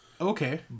Okay